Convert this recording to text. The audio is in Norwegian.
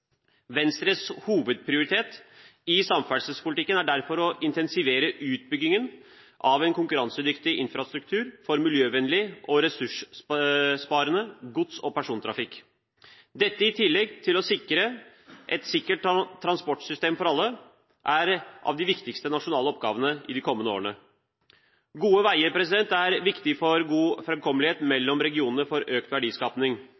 Venstres hovedprioritet i samferdselspolitikken er derfor å intensivere utbyggingen av en konkurransedyktig infrastruktur for miljøvennlig og ressurssparende gods- og persontrafikk. Dette er, i tillegg til å sikre et sikkert transportsystem for alle, en av de viktigste nasjonale oppgavene i de kommende årene. Gode veier er viktig for god